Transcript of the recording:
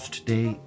Today